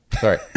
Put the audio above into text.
sorry